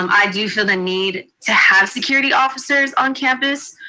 um i do feel the need to have security officers on campus,